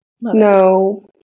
No